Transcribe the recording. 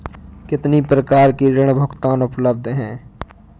कितनी प्रकार के ऋण भुगतान उपलब्ध हैं?